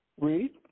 Read